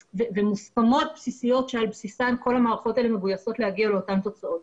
ומוסכמות בסיסיות שעל בסיסן כל המערכות האלה מגויסות להגיע לאותן תוצאות.